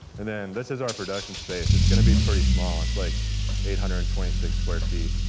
and then this is our production space. it's gonna be pretty small, it's like eight hundred and twenty six square feet.